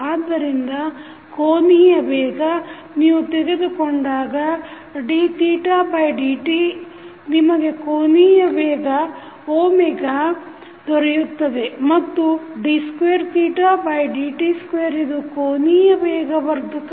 ಆದ್ದರಿಂದ ಕೋನೀಯ ವೇಗ ನೀವು ತೆಗೆದುಕೊಂಡಾಗ ddt ನಿಮಗೆ ಕೋನೀಯ ವೇಗ ದೊರೆಯುತ್ತದೆ ಮತ್ತು d2dt2 ಇದು ಕೋನೀಯ ವೇಗವರ್ಧಕವನ್ನು